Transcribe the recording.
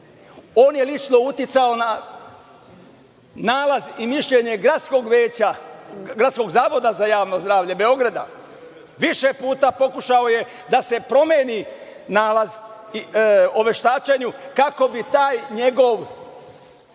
On je lično uticao na nalaz i mišljenje Gradskog zavoda za javno zdravlje Beograda. Više puta pokušao je da se promeni nalaz o veštačenju kako bi taj njegov,